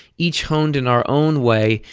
each honed in our own way,